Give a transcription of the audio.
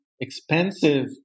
expensive